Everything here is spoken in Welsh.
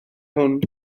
hwn